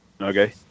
Okay